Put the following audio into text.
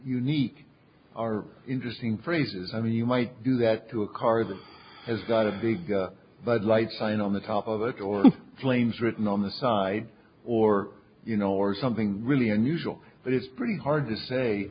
unique are interesting phrases i mean you might do that to a car that has got a big bud light sign on the top of it or flames written on the side or you know or something really unusual but it's pretty hard to say